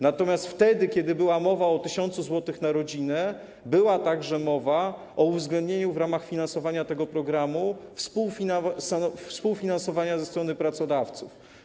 Natomiast wtedy kiedy była mowa o 1 tys. zł na rodzinę, była także mowa o uwzględnieniu w ramach finansowania tego programu współfinansowania ze strony pracodawców.